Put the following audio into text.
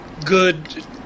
Good